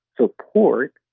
support